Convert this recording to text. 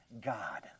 God